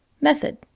Method